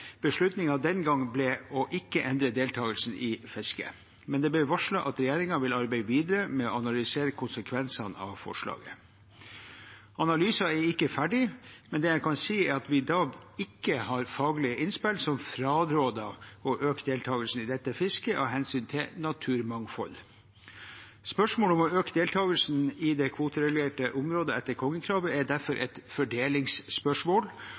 den gang ble å ikke endre deltakelsen i fisket, men det ble varslet at regjeringen ville arbeide videre med å analysere konsekvensene av forslaget. Analysen er ikke ferdig, men det jeg kan si, er at vi i dag ikke har faglige innspill som fraråder å øke deltakelsen i dette fisket av hensyn til naturmangfold. Spørsmålet om å øke deltakelsen i det kvoteregulerte området etter kongekrabbe er derfor et fordelingsspørsmål,